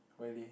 really